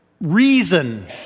reason